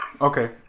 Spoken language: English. Okay